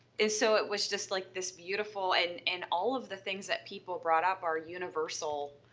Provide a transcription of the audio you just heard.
and, so, it was just like this beautiful, and and all of the things that people brought up are universal.